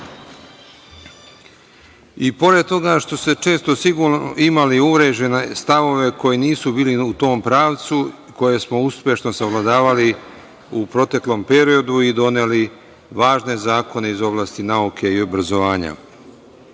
i pored toga što ste često sigurno imali uvrežene stavove koji nisu bili u tom pravcu, koje smo uspešno savladavali u proteklom periodu i doneli važne zakone iz oblasti nauke i obrazovanja. Zakonom